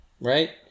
right